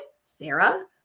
Sarah